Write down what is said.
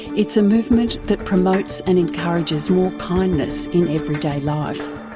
it's a movement that promotes and encourages more kindness in everyday life.